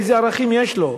איזה ערכים יש לו.